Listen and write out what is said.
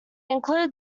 included